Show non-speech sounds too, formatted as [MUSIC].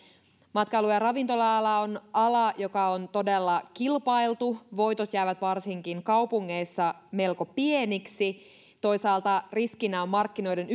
matkailu ja ja ravintola ala on ala joka on todella kilpailtu voitot jäävät varsinkin kaupungeissa melko pieniksi toisaalta riskinä on markkinoiden [UNINTELLIGIBLE]